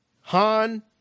Han